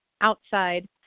outside